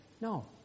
No